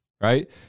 right